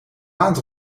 maand